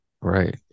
right